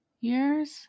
years